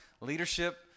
leadership